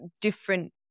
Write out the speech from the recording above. different